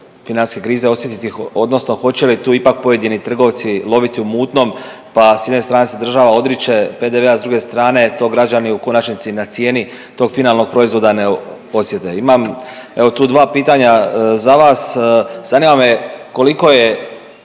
financijske krize osjetiti, odnosno hoće li tu ipak pojedini trgovci loviti u mutnom, pa s jedne strane se država odriče PDV-a, s druge strane to građani u konačnici na cijeni tog finalnog proizvoda ne osjete. Imam evo tu dva pitanja za vas. Zanima me koliko je